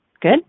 Good